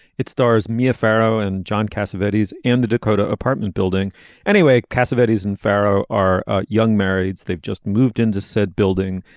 it stars mia farrow and john cassavetes and the dakota apartment building anyway. cassavetes and farrow are young marrieds. they've just moved into said building.